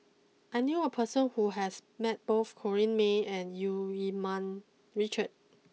I knew a person who has met both Corrinne May and Eu Keng Mun Richard